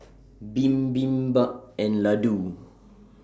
Bibimbap and Ladoo